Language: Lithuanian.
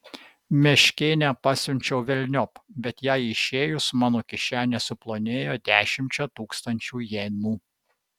meškėnę pasiunčiau velniop bet jai išėjus mano kišenė suplonėjo dešimčia tūkstančių jenų